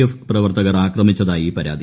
F പ്രവർത്തകർ ആക്രമിച്ചതായി പരാതി